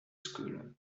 school